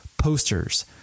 posters